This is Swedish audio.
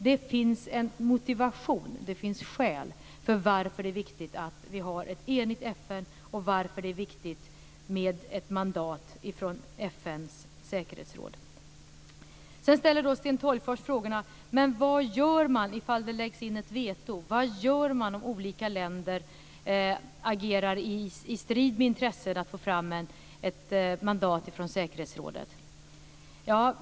Det finns en motivering till att det är viktigt att ha ett enigt FN och till att det är viktigt med ett mandat från FN:s säkerhetsråd. Sten Tolgfors ställer frågan: Vad gör man ifall det läggs in ett veto och om olika länder agerar i strid med intresset av att få fram ett mandat från säkerhetsrådet?